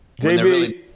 JB